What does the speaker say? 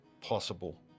possible